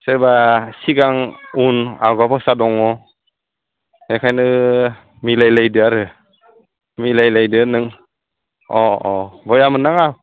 सोरबा सिगां उन आवगा पावसा दङ बेखायनो मिलायलायदो आरो मिलायलायदो नों अ अ बेया मोननाङा